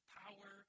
power